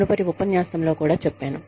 మునుపటి ఉపన్యాసంలో కూడా చెప్పాను